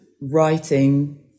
writing